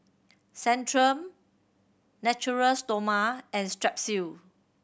Centrum Natura Stoma and Strepsil